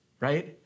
right